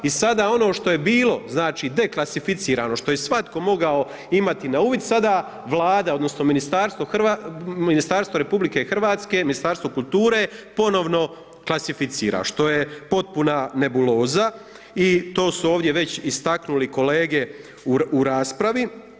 I sad a ono što je bilo znači deklasificirano, što je svatko mogao imati na uvid, sada Vlada odnosno, ministarstvo RH, Ministarstvo kulture, ponovno klasificira, što je potpuna nebuloza i to su ovdje već istaknuli kolege u raspravi.